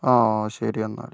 ആ ശരി എന്നാൽ